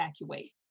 evacuate